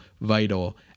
vital